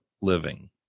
living